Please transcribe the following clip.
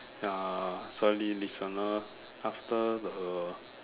ya sorry listener after the